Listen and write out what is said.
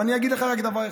אבל אני אגיד לך רק דבר אחד: